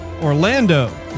Orlando